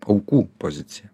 aukų poziciją